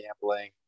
gambling